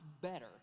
better